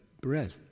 bread